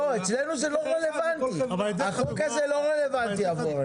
החוק הזה לא רלבנטי עבורם.